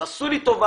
אז עשו לי טובה,